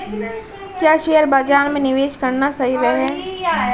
क्या शेयर बाज़ार में निवेश करना सही है?